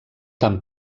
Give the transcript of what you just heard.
tan